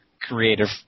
creative